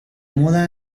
moda